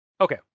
Okay